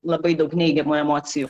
labai daug neigiamų emocijų